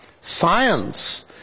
Science